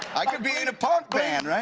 i can be in a punk band.